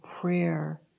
prayer